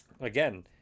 again